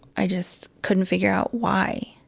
i just couldn't figure out why